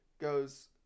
goes